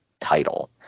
title